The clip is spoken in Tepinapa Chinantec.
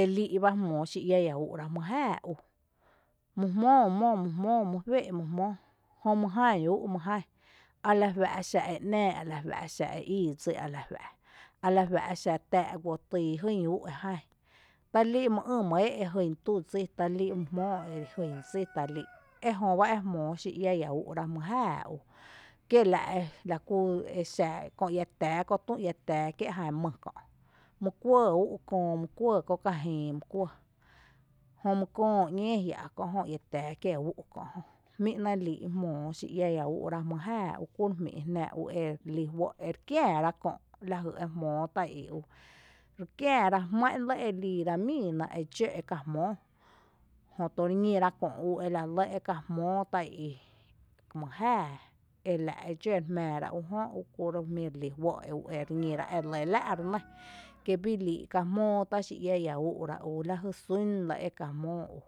elii’ bá jmóo xí iⱥⱥ iⱥ úu’ rá mý jáaá ú my jmóo mó, my jmóo mý juée’ my jmóo my ján ú’ my ján ala juⱥ’ xa e ‘náa ala juⱥ’xa e íi dsí a la juⱥ’; a la juⱥ’ exa táa’ guoo týi ú’ e ján, talíi’ my ï’ mý é’ e jyn tú’ dsí talii’ e jyn dsí talii’ ejöba ejmóo xí iⱥⱥ iⱥ úu’ rá mý jáaá ú kiela’ lakú exa köö tü ia tⱥⱥ kié’ jan mý kö’ mý kuɇɇ ú’u’ köö mý kuɇɇ köö ka jïï, jö my köo ‘ñee jia’ kö’ jö ‘ñee ia tⱥⱥ kié’ ú’ kö’ jmíi’ n’née’ lii’ jmóo xí iⱥⱥ iⱥ úu’ rá mý jáaá ú’ kuro’ jmí’ jná ú erelí juó’ ere kiⱥⱥra kö’ lajy e jmóo tá’ í í ú, ere kiⱥⱥra jmⱥⱥ’ lɇ e liira míina e dx kuɇɇ ljé re ýn jnⱥ köö tý í’ kiee ráa’ kiee’ xí iⱥⱥ iⱥ úu’ rá ika guó mý jáaá tá’ i tá’ i my dsa jún jiama náá’ re jï’ re nɇ jmí’ ‘née’ líi’ lajy tý íi’ kié’ xí iⱥⱥ iⱥ úu’ rá eka jmóo mý jáaá, kí mý jáaá tá’ xí iⱥⱥ i iⱥ úu’ra jmóo tá sýy juⱥⱥ’ jnⱥⱥ’dsa jmíi lⱥ, jmóo tá sýy, jmóo tá kiéé’ ú’u’, my ýý my öö kuyy kiee’ úú’, my ýý my tin mý café kiee’ úu’, la’ re lɇ jmoo dsa mý jáaá, jötu la’ re lɇ jö e jmáa’ mii i dxǿ eka jmóo jötu reñira kö’ ú ela lɇ eka jmóo mý jáaá, ela’ e dxǿ re jmⱥⱥ ra ú jö úkuro’ ere lí juó ere ñíra ere lɇ lⱥ’ re né, kí ⱥ dxǿ kiee’ kí bíi líi eka jmóo tá’ xí iⱥⱥ iⱥ ú rá ú, lajy sún lɇ eka jmóo ú.